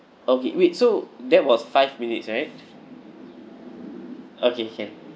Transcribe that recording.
okay wait so that was five minutes right okay can